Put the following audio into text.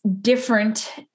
different